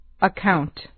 Account